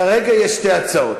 כרגע יש שתי הצעות.